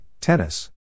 Tennis